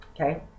Okay